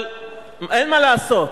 אבל אין מה לעשות,